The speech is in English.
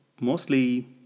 mostly